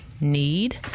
need